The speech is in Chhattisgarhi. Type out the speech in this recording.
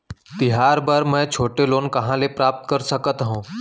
तिहार बर मै छोटे लोन कहाँ ले प्राप्त कर सकत हव?